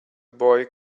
boy